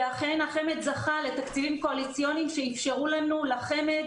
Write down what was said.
ואכן החמ"ד זכה לתקציבים קואליציוניים שאפשרו לנו לחמ"ד